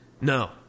No